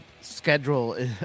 schedule